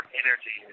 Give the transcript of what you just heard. energy